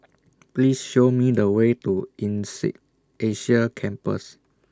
Please Show Me The Way to Insead Asia Campus